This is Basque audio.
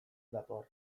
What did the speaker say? dator